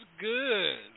good